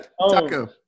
Taco